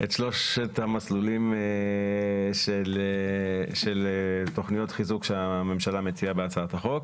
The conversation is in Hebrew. שלושת המסלולים של תכניות חיזוק שהממשלה מציעה בהצעת החוק.